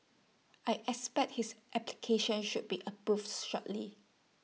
I expect his application should be approved shortly